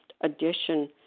edition